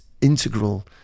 integral